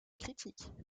critiques